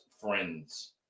friends